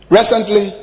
Recently